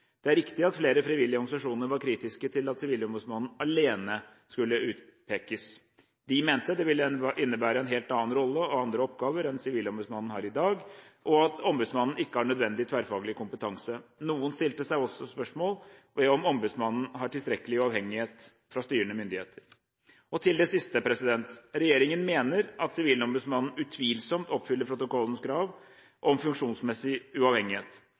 Det er riktig at flere frivillige organisasjoner var kritiske til Sivilombudsmannen alene skulle utpekes. De mente det ville innebære en helt annen rolle og andre oppgaver enn Sivilombudsmannen har i dag, og at ombudsmannen ikke har nødvendig tverrfaglig kompetanse. Noen stilte seg også spørsmål ved om ombudsmannen har tilstrekkelig uavhengighet fra styrende myndigheter. Til det siste: Regjeringen mener at Sivilombudsmannen utvilsomt oppfyller protokollens krav om funksjonsmessig uavhengighet.